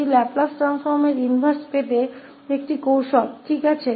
तो यह लाप्लास परिवर्तन का इनवर्स प्राप्त करने की तकनीकों में से एक है